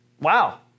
Wow